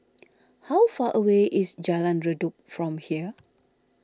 how far away is Jalan Redop from here